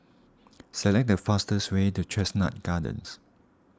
select the fastest way to Chestnut Gardens